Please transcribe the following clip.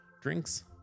drinks